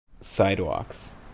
Sidewalks